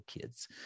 kids